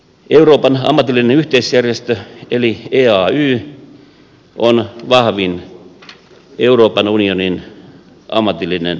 euroopan ammatillinen yhteisjärjestö eli eay on vahvin euroopan unionin ammatillinen organisaatio